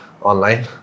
Online